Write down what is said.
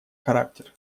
характер